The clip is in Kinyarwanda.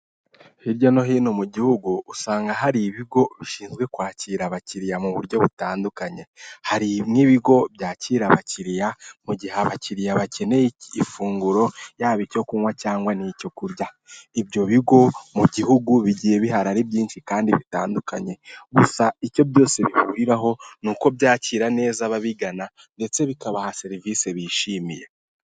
Hirya no hino mu gihugu, usanga hari ibigo bishinzwe kwakira abakiriya mu buryo butandukanye, hari n'ibigo byakira abakiriya mu gihe abakiriya bakeneye ifunguro, yaba icyo kunywa cyangwa icyo kurya. Ibyo bigo mu gihugu bigiye bihari ari byinshi kandi bitandukanye gusa icyo byose bihuriraho ni uko byakira neza ababigana ndetse bikabaha serivisi bishimiye.